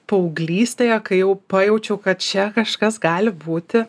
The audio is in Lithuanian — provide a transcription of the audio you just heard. paauglystėje kai jau pajaučiau kad čia kažkas gali būti